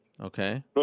Okay